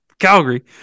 Calgary